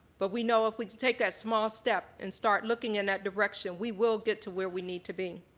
but we know if we can take that small step and start looking in that direction, we will get to where we need to be.